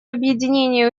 объединения